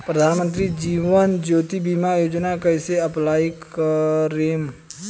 प्रधानमंत्री जीवन ज्योति बीमा योजना कैसे अप्लाई करेम?